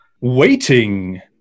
Waiting